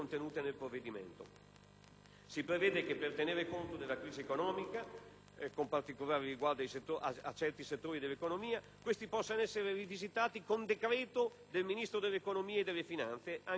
Si prevede che, per tenere conto della crisi economica, con riguardo a particolari settori dell'economia, questi possano essere rivisitati con decreto del Ministero dell'economia e delle finanze, anche dopo la data del 31 marzo.